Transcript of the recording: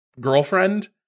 girlfriend